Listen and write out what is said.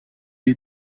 est